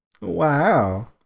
Wow